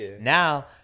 Now